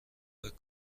فکر